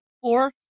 four